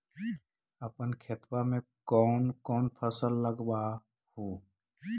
अपन खेतबा मे कौन कौन फसल लगबा हू?